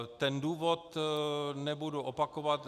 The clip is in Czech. Ten důvod nebudu opakovat.